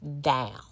down